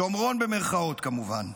שומרון במירכאות, כמובן.